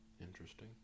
Interesting